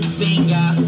finger